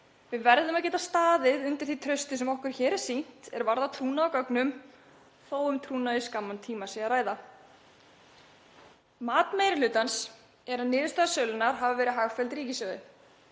Við verðum að geta staðið undir því trausti sem okkur er sýnt hér er varða trúnaðargögn þótt um trúnað í skamman tíma sé að ræða. Mat meiri hlutans er að niðurstaða sölunnar hafi verið hagfelld ríkissjóði.